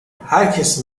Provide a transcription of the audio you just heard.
herkes